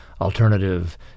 alternative